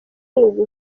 mwuga